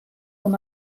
com